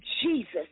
Jesus